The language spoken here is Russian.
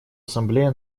ассамблея